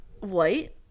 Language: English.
white